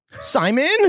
Simon